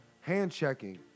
hand-checking